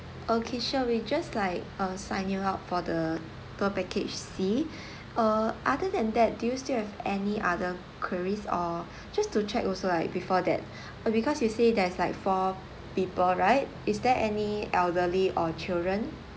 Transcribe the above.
okay sure we just like um sign you out for the tour package C uh other than that do you still have any other queries or just to check also like before that uh because you say there's like four people right is there any elderly or children